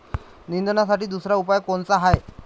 निंदनासाठी दुसरा उपाव कोनचा हाये?